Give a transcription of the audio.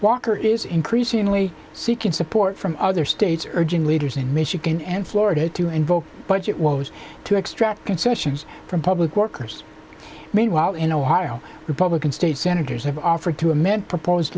walker is increasingly seeking support from other states urging leaders in michigan and florida to invoke budget woes to extract concessions from public workers meanwhile in ohio republican state senators have offered to amend proposed